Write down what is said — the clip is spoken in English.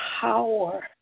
power